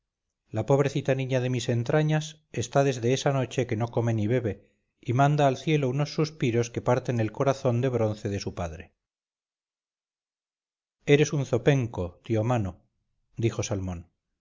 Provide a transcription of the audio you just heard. la pobrecita niña de mis entrañas está desde esa noche que no come ni bebe y manda al cielo unos suspiros que parten el corazón de bronce de su padre eres un zopenco tío mano dijo salmón